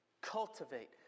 cultivate